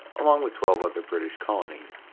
along with twelve other british colonies,